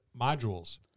modules